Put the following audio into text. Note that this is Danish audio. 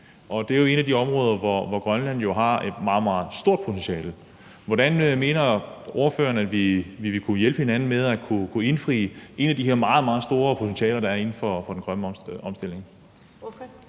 Og det er jo et af de områder, hvor Grønland jo har et meget, meget stort potentiale. Hvordan mener ordføreren vi vil kunne hjælpe hinanden med at kunne indfri de her meget, meget store potentialer, der er inden for den grønne omstilling?